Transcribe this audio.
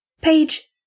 Page